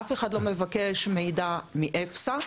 אף אחד לא מבקש מידע מאפס"ה,